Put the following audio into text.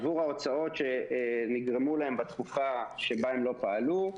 עבור ההוצאות שנגרמו להם בתקופה שבה הם לא פעלו,